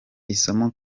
isomo